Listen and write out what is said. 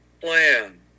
plan